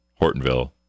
Hortonville